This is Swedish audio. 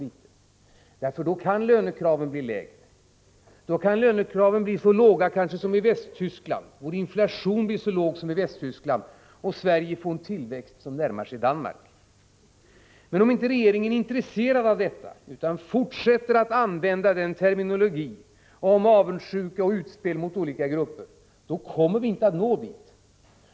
Då kan nämligen lönekraven bli lägre, kanske så låga som i Västtyskland, liksom också vår inflation. Sveriges tillväxt skulle kanske närma sig Danmarks. Men om inte regeringen är intresserad av detta utan fortsätter att använda terminologin med avundsjuka och utspel mot olika grupper, kommer vi inte att nå dithän.